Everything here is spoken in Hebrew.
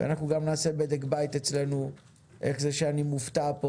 אנחנו נעשה גם בדק בית אצלנו איך זה שאני מופתע פה